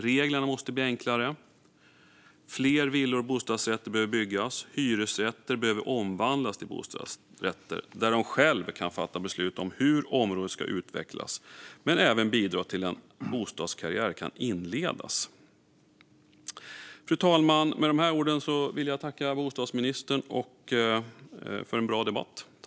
Reglerna måste bli enklare, fler villor och bostadsrätter behöver byggas och hyresrätter behöver omvandlas till bostadsrätter där de boende själva kan fatta beslut om hur området ska utvecklas, vilket även kan bidra till att en bostadskarriär kan inledas. Fru talman! Med dessa ord vill jag tacka bostadsministern för en bra debatt.